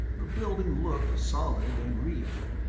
the building looked solid and real.